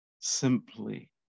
simply